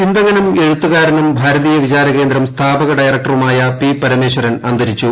ചിന്തകനും എഴുത്തുകാരനും ഭാരതീയ വിചാരകേന്ദ്രം സ്ഥാപക ഡയറക്ടറുമായ പി പരമേയ്ശ്ശൻ അന്തരിച്ചു